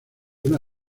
una